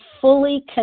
fully